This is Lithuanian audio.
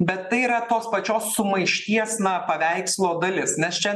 bet tai yra tos pačios sumaišties na paveikslo dalis nes čia